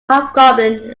hobgoblin